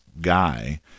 guy